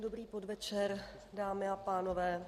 Dobrý podvečer, dámy a pánové.